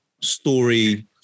story